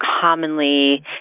commonly